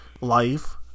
Life